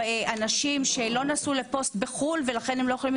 אנשים שלא נסעו לפוסט בחו"ל ולכן הם לא יכולים